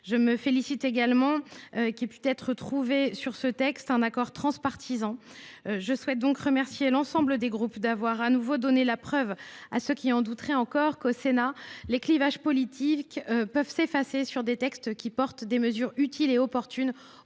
Je me félicite également que nous ayons trouvé sur ce texte un accord transpartisan et je souhaite remercier l’ensemble des groupes politiques d’avoir de nouveau donné la preuve, à ceux qui en douteraient encore, qu’au Sénat les clivages politiques peuvent s’effacer sur des textes comportant des mesures utiles et opportunes